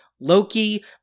Loki